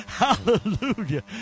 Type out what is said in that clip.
Hallelujah